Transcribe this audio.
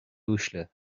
uaisle